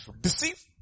deceive